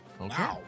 Okay